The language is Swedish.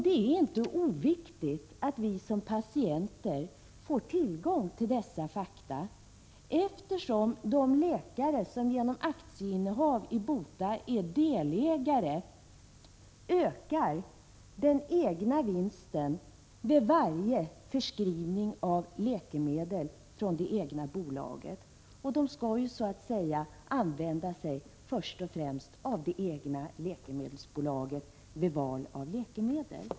Det är inte oviktigt att vi som patienter får tillgång till dessa fakta, eftersom de läkare som genom aktieinnehav i BOTA är delägare i läkemedelsbolaget ökar den egna vinsten vid varje förskrivning av läkemedel från det egna bolaget. De skall ju så att säga först och främst använda det egna läkemedelsbolaget vid val av läkemedel.